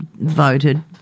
voted